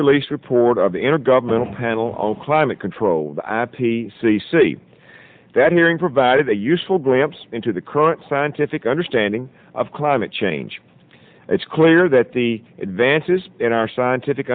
released report of the intergovernmental panel on climate controlled i p c c that hearing provided a useful glimpse into the current scientific understanding of climate change it's clear that the advances in our scientific